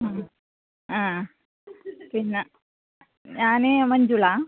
ആ ആ പിന്നെ ഞാൻ മഞ്ജുള